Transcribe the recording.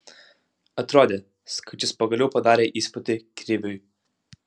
atrodė skaičius pagaliau padarė įspūdį kriviui